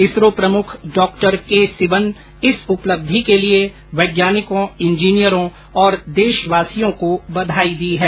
इसरो प्रमुख डॉ के सिवन इस उपलब्धि के लिए वैज्ञानिकों इंजीनियरों और देशवासियों को बधाई दी है